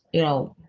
you know.